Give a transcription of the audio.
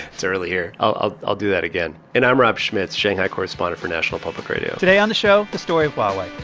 it's early here. i'll i'll do that again. and i'm rob schmitz, shanghai correspondent for national public radio today on the show, the story of huawei.